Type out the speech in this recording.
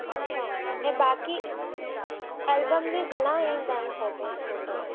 अछा ऐं बाक़ी एलबम में घणा ईंदा आहिनि फ़ोटोज टोटल